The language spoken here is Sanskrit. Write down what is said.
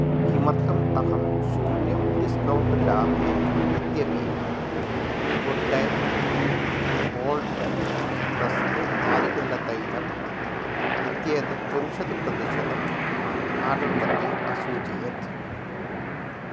किमर्थम् अहं शून्यं डिस्कौण्ट् लाभे यद्यपि गुड् डैयट् कोल्ट् प्रेस्ड् नारिकेलतैलम् इत्येतत् त्रिंशत् प्रतिशतम् आर्डर् मध्ये असूचयत्